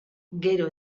gero